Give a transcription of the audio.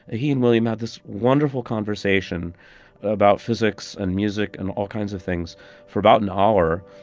ah he and william had this wonderful conversation about physics and music and all kinds of things for about an hour.